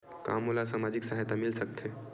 का मोला सामाजिक सहायता मिल सकथे?